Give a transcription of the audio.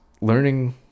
learning